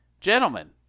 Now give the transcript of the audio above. Gentlemen